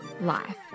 life